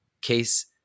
case